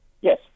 Yes